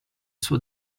suo